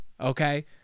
Okay